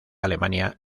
alemania